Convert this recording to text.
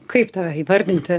kaip tave įvardinti